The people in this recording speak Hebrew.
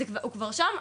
הוא כבר שם,